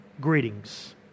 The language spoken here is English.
greetings